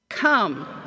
Come